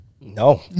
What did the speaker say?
No